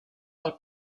del